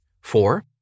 Four